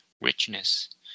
richness